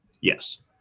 Yes